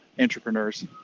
entrepreneurs